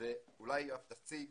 ואולי אף היא תציג